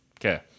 Okay